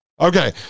okay